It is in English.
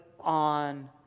on